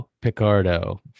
picardo